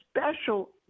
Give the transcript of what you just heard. special